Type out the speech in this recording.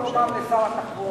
או שהכוונה היא לשר התחבורה?